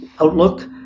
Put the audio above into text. outlook